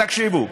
תקשיבו,